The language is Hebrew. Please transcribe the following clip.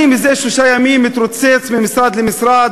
אני זה שלושה ימים מתרוצץ ממשרד למשרד,